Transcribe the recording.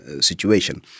situation